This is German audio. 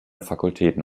fakultäten